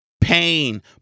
pain